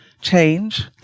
change